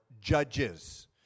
judges